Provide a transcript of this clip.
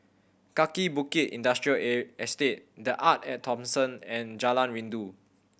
Kaki Bukit Industrial air Estate The Arte At Thomson and Jalan Rindu